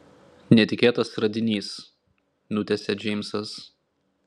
netikėtas radinys nutęsia džeimsas